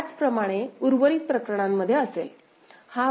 त्याचप्रमाणे उर्वरित प्रकरणांमध्ये असेल